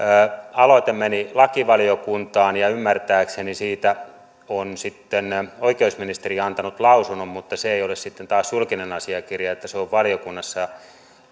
aloite meni lakivaliokuntaan ja ymmärtääkseni siitä on sitten oikeusministeriö antanut lausunnon mutta se ei ole sitten taas julkinen asiakirja se on valiokunnassa